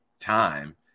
time